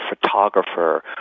photographer